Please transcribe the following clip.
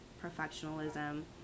professionalism